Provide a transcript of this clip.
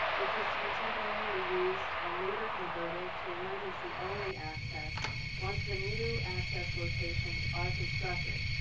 which is to be temporarily used and later converted to emergency-only access once the new and access locations are constructed.